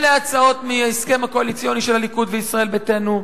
אלה הצעות מההסכם הקואליציוני של הליכוד וישראל ביתנו,